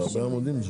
זה הרבה עמודים.